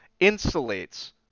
insulates